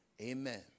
Amen